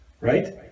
right